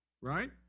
Right